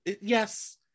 Yes